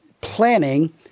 planning